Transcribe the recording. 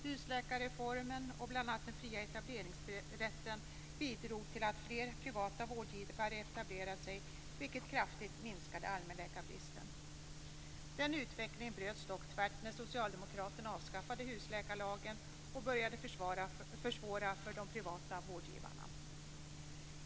Husläkarreformen och bl.a. den fria etableringsrätten bidrog till att fler privata vårdgivare etablerade sig vilket kraftigt minskade allmänläkarbristen. Den utvecklingen bröts dock tvärt när socialdemokraterna avskaffade husläkarlagen och började försvåra för de privata vårdgivarna.